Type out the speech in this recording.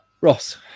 Ross